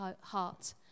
heart